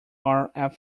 are